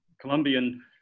Colombian